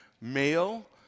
male